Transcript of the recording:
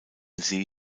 see